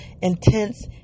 intense